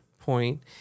point